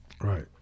Right